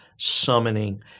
summoning